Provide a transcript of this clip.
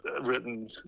written